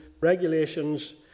regulations